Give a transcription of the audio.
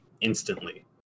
instantly